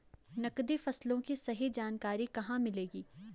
नकदी फसलों की सही जानकारी कहाँ मिलेगी?